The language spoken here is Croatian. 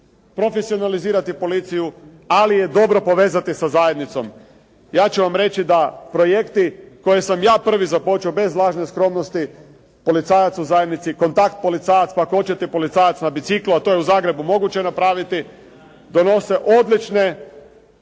profesionalizirati policiju, ali je dobro povezati sa zajednicom. Ja ću vam reći da projekti koje sam ja prvi započeo bez lažne skromnosti policajac u zajednici, kontakt policajac, pa ako hoćete policajac na biciklu, a to je u Zagrebu moguće napraviti donosi odlične